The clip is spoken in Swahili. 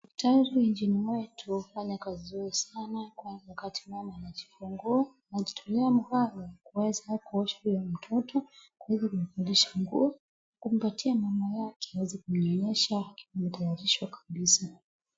Daktari nchini mwetu hufanya kazi nzuri sana wakati mama anajifungua, anajitumia mhanga aweza kuosha huyo mtoto huenda anamvalisha nguo kumpatia mama yake aweze kumnyonyesha akimtayarisha kabisaa.